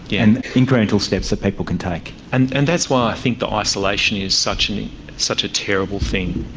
and incremental steps that people can take. and and that's why i think that isolation is such such a terrible thing,